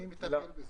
מי מטפל בזה?